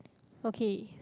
okay